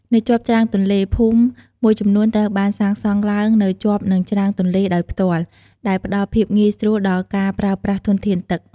នៅជាប់ច្រាំងទន្លេ ភូមិមួយចំនួនត្រូវបានសាងសង់ឡើងនៅជាប់នឹងច្រាំងទន្លេដោយផ្ទាល់ ដែលផ្តល់ភាពងាយស្រួលដល់ការប្រើប្រាស់ធនធានទឹក។